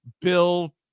Bill